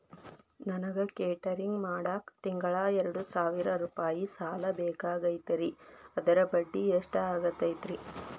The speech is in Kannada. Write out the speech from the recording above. ನನಗ ಕೇಟರಿಂಗ್ ಮಾಡಾಕ್ ತಿಂಗಳಾ ಎರಡು ಸಾವಿರ ರೂಪಾಯಿ ಸಾಲ ಬೇಕಾಗೈತರಿ ಅದರ ಬಡ್ಡಿ ಎಷ್ಟ ಆಗತೈತ್ರಿ?